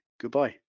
goodbye